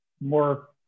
more